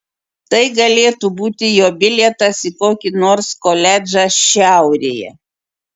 tai galėtų būti jo bilietas į kokį nors koledžą šiaurėje